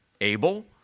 Abel